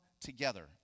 together